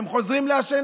הם חוזרים לעשן.